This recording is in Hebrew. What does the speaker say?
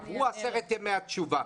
עברו עשרת ימי התשובה.